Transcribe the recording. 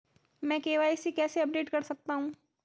मैं के.वाई.सी कैसे अपडेट कर सकता हूं?